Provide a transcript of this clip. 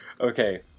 Okay